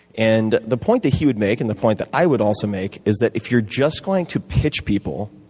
and the point that he would make and the point that i would also make is that if you're just going to pitch people,